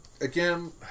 again